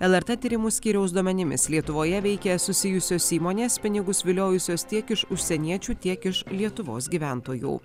lrt tyrimų skyriaus duomenimis lietuvoje veikė susijusios įmonės pinigus viliojusios tiek iš užsieniečių tiek iš lietuvos gyventojų